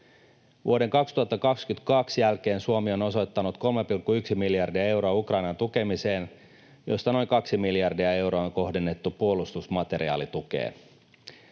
Vuoden 2022 jälkeen Suomi on osoittanut 3,1 miljardia euroa Ukrainan tukemiseen, joista noin 2 miljardia euroa on kohdennettu puolustusmateriaalitukeen.